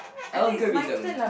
oh good rhythm